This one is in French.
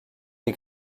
des